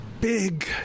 big